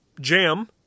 jam